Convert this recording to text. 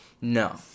No